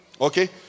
okay